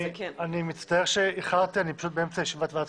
אני מצטער שאיחרתי אבל אני באמצע ישיבת ועדת